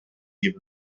gibi